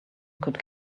could